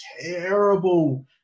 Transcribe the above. terrible